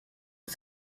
ist